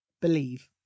Believe